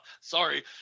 sorry